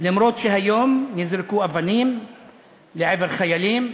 אף שהיום נזרקו אבנים לעבר חיילים.